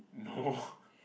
no